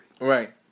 Right